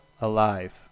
alive